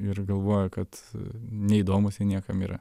ir galvoja kad neįdomūs jie niekam yra